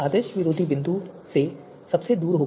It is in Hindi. आदर्श विरोधी बिंदु से सबसे दूर होगा